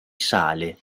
sale